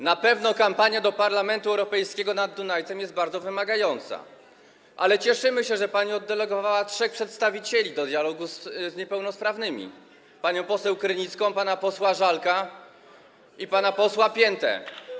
Na pewno kampania do Parlamentu Europejskiego nad Dunajcem jest bardzo wymagająca, ale cieszymy się, że pani oddelegowała trzech przedstawicieli do dialogu z niepełnosprawnymi: panią poseł Krynicką, pana posła Żalka i pana posła Piętę.